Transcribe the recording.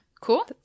Cool